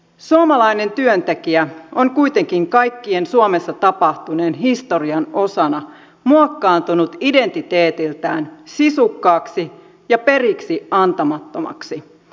suomalainen työntekijä on kuitenkin kaiken suomessa tapahtuneen historian osana muokkaantunut identiteetiltään sisukkaaksi ja periksiantamattomaksi